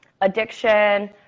addiction